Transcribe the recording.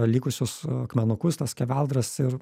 likusius akmenukus tas skeveldras ir